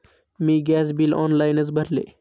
मी gas bill ऑनलाइनच भरले